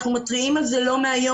אנחנו מתריעים על זה לא מהיום.